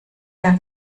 der